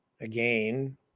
again